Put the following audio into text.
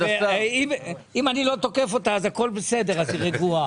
אם אני לא תוקף אותה אז הכול בסדר, אז היא רגועה.